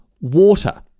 water